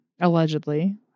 Allegedly